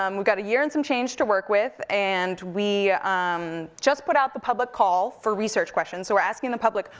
um we've got a year and some change to work with, and we um just put out the public call for research questions. so we're asking the public,